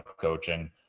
coaching